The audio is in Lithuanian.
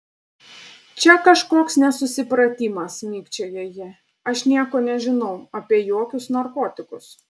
čia kažkoks nesusipratimas mikčiojo ji aš nieko nežinau apie jokius narkotikus